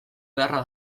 beharra